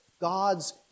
God's